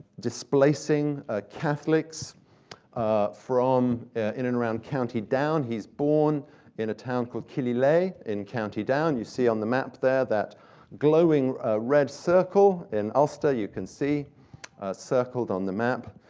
displacing catholics from in and around county down. he's born in a town called killyleagh, in county down. you see on the map there, that glowing red circle in ulster, you can see circled on the map.